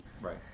Right